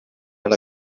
alla